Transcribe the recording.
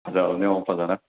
ꯐꯖꯕꯅꯦ ꯌꯦꯡꯉꯣ ꯐꯖꯅ